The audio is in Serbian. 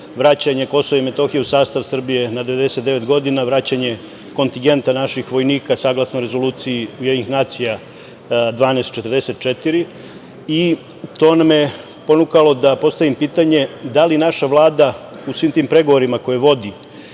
vraćanje Kosova i Metohije u sastav Srbije na 99 godina, vraćanje kontingenta naših vojnika, saglasno Rezoluciji UN 1244 i to me je ponukalo da postavim pitanje da li naša Vlada u svim tim pregovorima koje vodi